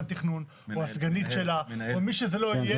תכנון או הסגנית שלה או מי שזה לא יהיה.